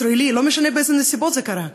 ישראלי, לא משנה באיזה נסיבות זה קרה,